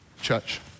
Church